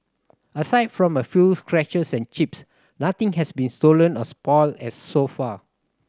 aside from a few scratches and chips nothing has been stolen or spoilt as so far